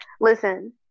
Listen